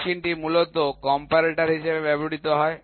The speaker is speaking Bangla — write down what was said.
মেশিন টি মূলত কম্পেরেটর হিসাবে ব্যবহৃত হয়